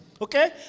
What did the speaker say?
Okay